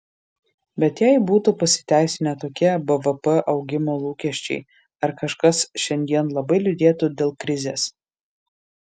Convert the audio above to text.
bet jei būtų pasiteisinę tokie bvp augimo lūkesčiai ar kažkas šiandien labai liūdėtų dėl krizės